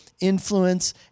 influence